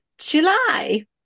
July